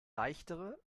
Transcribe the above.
leichtere